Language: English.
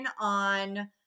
on